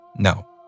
No